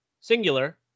singular